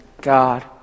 God